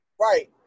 Right